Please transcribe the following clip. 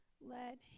let